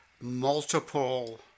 multiple